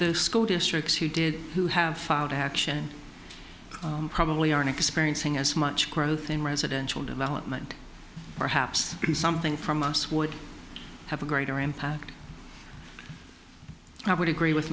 the school districts who did who have filed action probably aren't experiencing as much growth in residential development perhaps something from us would have a greater impact i would agree with